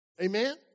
Amen